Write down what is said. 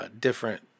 different